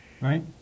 Right